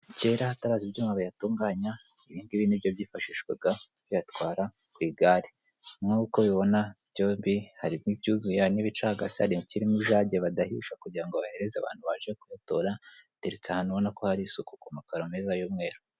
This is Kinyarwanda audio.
Kera hataraza ibyuma biyatunganya ibi ngibi ni nibyo byifashishwaga biyatwara ku igare nk'uko bibona byobi harimo ibyuzuye n'ibicagase hari ikirimo ijage badahisha kugira ngo baheze abantu baje kuyatora, biteretse ahantu ubona ko hari isuku ku makararo meza y'umweru.